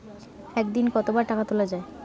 একদিনে কতবার টাকা তোলা য়ায়?